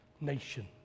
nation